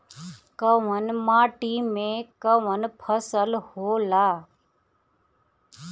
कवन माटी में कवन फसल हो ला?